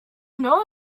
know